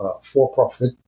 for-profit